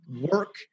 work